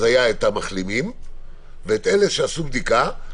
אז היו את המחלימים ואת אלה שעשו בדיקה,